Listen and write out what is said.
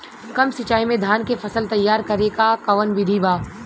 कम सिचाई में धान के फसल तैयार करे क कवन बिधि बा?